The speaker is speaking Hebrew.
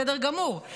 בסדר גמור.